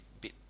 bit